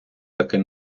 такий